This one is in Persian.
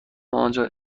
آنجا